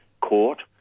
court